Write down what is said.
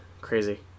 Crazy